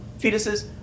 fetuses